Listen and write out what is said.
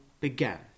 began